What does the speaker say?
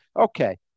Okay